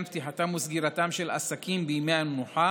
פתיחתם וסגירתם של עסקים בימי המנוחה